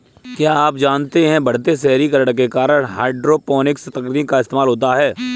क्या आप जानते है बढ़ते शहरीकरण के कारण हाइड्रोपोनिक्स तकनीक का इस्तेमाल होता है?